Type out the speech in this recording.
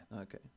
Okay